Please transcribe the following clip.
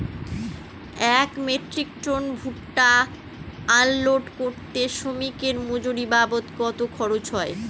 এক metric ton ভুট্টা unload করতে শ্রমিকের মজুরি বাবদ কত খরচ হয়?